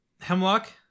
Hemlock